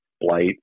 blight